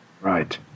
Right